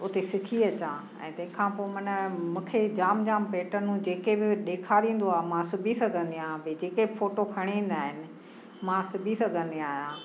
उते सिखी अचां ऐं तंहिंखां पोइ माना मूंखे जामु जामु पेटर्नूं जेके बि ॾेखारींदो आहे मां सुबी सघंदी आहियां भई जेके फोटो खणी ईंदा आहिनि मां सुबी सघंदी आहियां